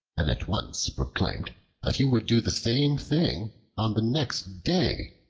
and at once proclaimed that he would do the same thing on the next day,